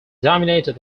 dominated